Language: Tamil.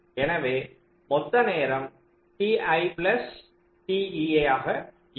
எனவே மொத்த நேரம் t vi plus t ei ஆக இருக்கும்